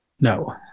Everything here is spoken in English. no